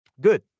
Good